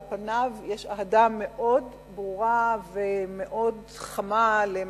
על פניו ישנה אהדה מאוד ברורה ומאוד חמה לישראל,